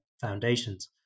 foundations